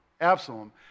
Absalom